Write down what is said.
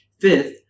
Fifth